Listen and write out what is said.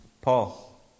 Paul